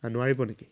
অঁ নোৱাৰিব নেকি